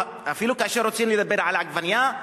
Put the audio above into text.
אפילו כאשר רוצים לדבר על עגבנייה,